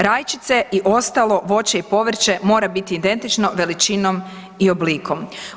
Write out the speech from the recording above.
Rajčice i ostalo voće i povrće mora biti identično veličinom i oblikom.